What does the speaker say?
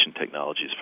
technologies